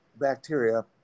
bacteria